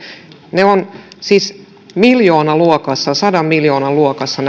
ne säästöt ovat siis miljoonaluokassa sadan miljoonan luokassa